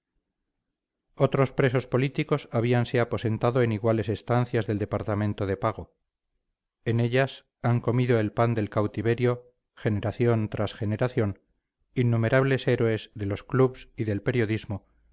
otros presos políticos habíanse aposentado en iguales estancias del departamento de pago en ellas han comido el pan del cautiverio generación tras generación innumerables héroes de los clubs y del periodismo